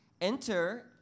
Enter